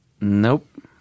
Nope